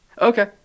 Okay